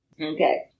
Okay